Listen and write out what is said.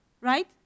Right